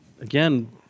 again